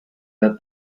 that